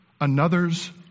another's